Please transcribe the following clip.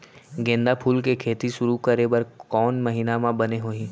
गेंदा फूल के खेती शुरू करे बर कौन महीना मा बने होही?